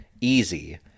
easy